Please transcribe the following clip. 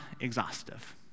exhaustive